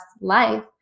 life